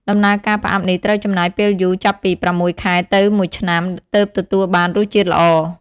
ដំណើរការផ្អាប់ នេះត្រូវចំណាយពេលយូរ ចាប់ពី ប្រាំមួយខែទៅមួយឆ្នាំ ទើបទទួលបានរសជាតិល្អ។